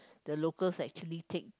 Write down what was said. the locals actually take